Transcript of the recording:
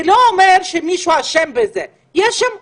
זה לא אומר שמישהו אשם בזה, יש שם בעיות,